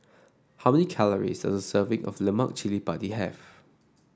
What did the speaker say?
how many calories does a serving of Lemak Cili Padi have